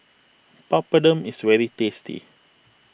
Papadum is very tasty